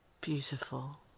beautiful